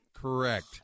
Correct